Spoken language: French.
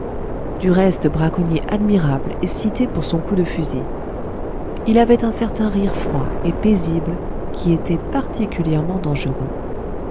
du reste braconnier admirable et cité pour son coup de fusil il avait un certain rire froid et paisible qui était particulièrement dangereux